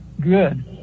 good